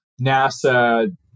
NASA